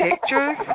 pictures